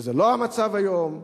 וזה לא המצב היום,